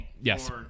yes